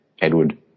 Edward